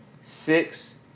six